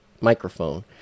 microphone